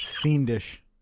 fiendish